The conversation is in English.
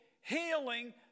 healing